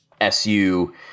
SU